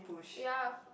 ya